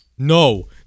no